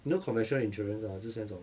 you know conventional insurance ah 就是那种